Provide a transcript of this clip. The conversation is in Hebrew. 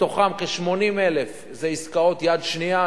מתוכן כ-80,000 זה עסקאות יד שנייה,